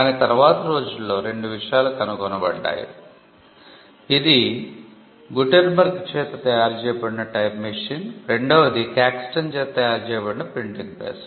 కానీ తర్వాత రోజుల్లో రెండు విషయాలు కనుగొనబడ్డాయి ఇది గుటెన్బర్గ్ చేత తయారు చేయబడిన టైప్ మెషిన్ రెండవది కాక్స్టన్ చేత తయారు చేయబడిన ప్రింటింగ్ ప్రెస్